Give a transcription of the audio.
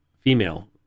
female